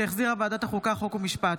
3), התשפ"ד 2024, שהחזירה ועדת החוקה, חוק ומשפט.